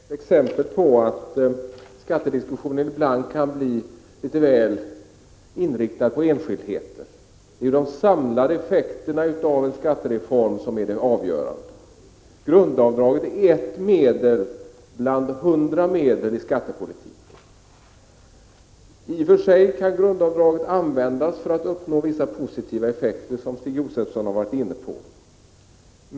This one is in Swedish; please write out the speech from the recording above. Herr talman! Diskussionen om grundavdraget är ett exempel på att skattedebatten ibland kan bli väl mycket inriktad på enskildheter. Det är emellertid de samlade effekterna av en skattereform som är det avgörande. Grundavdraget är ett bland hundra medel i skattepolitiken. I och för sig kan grundavdraget användas för att uppnå vissa positiva effekter, som Stig Josefson har varit inne på.